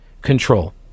control